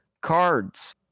cards